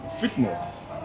Fitness